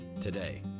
today